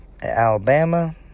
Alabama